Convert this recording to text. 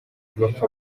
bapfa